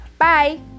bye